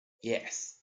yes